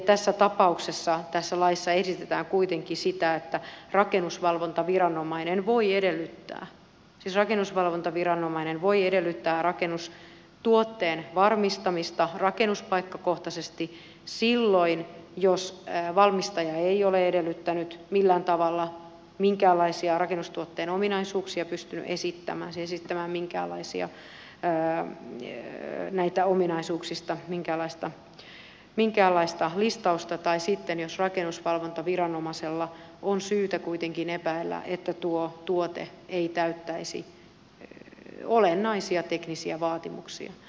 tässä tapauksessa tässä laissa esitetään kuitenkin sitä että rakennusvalvontaviranomainen voi edellyttää siis rakennusvalvontaviranomainen voi edellyttää rakennustuotteen varmistamista rakennuspaikkakohtaisesti silloin kun valmistaja ei ole edellyttänyt millään tavalla minkäänlaisia rakennustuotteen ominaisuuksia siis pystynyt esittämään näistä ominaisuuksista minkäänlaista listausta tai sitten jos rakennusvalvontaviranomaisella on syytä kuitenkin epäillä että tuo tuote ei täyttäisi olennaisia teknisiä vaatimuksia